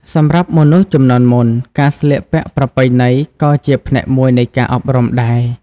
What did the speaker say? សម្រាប់មនុស្សជំនាន់មុន ការស្លៀកពាក់ប្រពៃណីក៏ជាផ្នែកមួយនៃការអប់រំដែរ។